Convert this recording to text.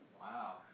Wow